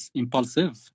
impulsive